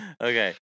Okay